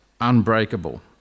unbreakable